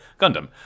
gundam